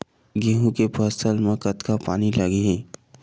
गेहूं के फसल म कतका पानी लगही?